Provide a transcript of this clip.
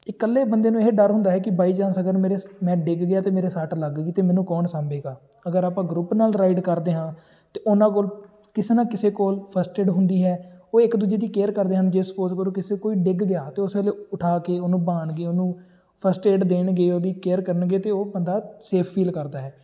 ਇਕੱਲੇ ਬੰਦੇ ਨੂੰ ਇਹ ਡਰ ਹੁੰਦਾ ਹੈ ਕਿ ਬਾਈ ਚਾਂਸ ਅਗਰ ਮੇਰੇ ਮੈਂ ਡਿੱਗ ਗਿਆ ਅਤੇ ਮੇਰੇ ਸੱਟ ਲੱਗ ਗਈ ਤਾਂ ਮੈਨੂੰ ਕੌਣ ਸਾਂਭੇਗਾ ਅਗਰ ਆਪਾਂ ਗਰੁੱਪ ਨਾਲ ਰਾਈਡ ਕਰਦੇ ਹਾਂ ਅਤੇ ਉਹਨਾਂ ਕੋਲ ਕਿਸੇ ਨਾ ਕਿਸੇ ਕੋਲ ਫਸਟ ਏਡ ਹੁੰਦੀ ਹੈ ਉਹ ਇੱਕ ਦੂਜੇ ਦੀ ਕੇਅਰ ਕਰਦੇ ਹਨ ਜੇ ਸਪੋਜ ਕਰੋ ਕਿਸੇ ਕੋਈ ਡਿੱਗ ਗਿਆ ਅਤੇ ਉਸ ਵੇਲੇ ਉਠਾ ਕੇ ਉਹਨੂੰ ਬਹਾਣਗੇ ਉਹਨੂੰ ਫਸਟ ਏਡ ਦੇਣਗੇ ਉਹਦੀ ਕੇਅਰ ਕਰਨਗੇ ਅਤੇ ਉਹ ਬੰਦਾ ਸੇਫ ਫੀਲ ਕਰਦਾ ਹੈ